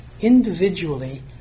individually